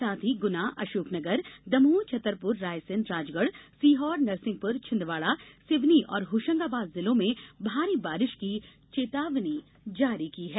साथ ही गुना अशोकनगर दमोह छतरपुर रायसेन राजगढ़ सीहोर नरसिंहपुर छिंदवाड़ा सिवनी और होशंगाबाद जिलों में भारी बारिश की चेतावनी जारी की है